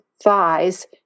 thighs